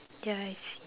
ya I see